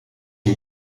een